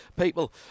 people